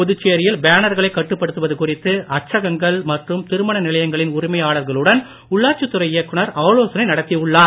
புதுச்சேரியில் பேனர்களை கட்டுப்படுத்துவது குறித்து அச்சகங்கள் மற்றும் திருமண நிலையங்களின் உரிமையாளர்களுடன் உள்ளாட்சித் துறை இயக்குநர் ஆலோசனை நடத்தி உள்ளார்